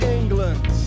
England